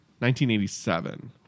1987